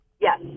Yes